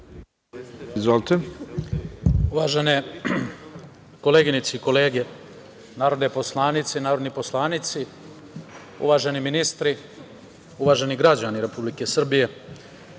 Uvažene koleginice i kolege narodni poslanici, uvaženi ministri, uvaženi građani Republike Srbije,